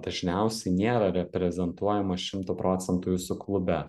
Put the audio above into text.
dažniausiai nėra reprezentuojama šimtu procentų jūsų klube